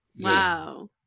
Wow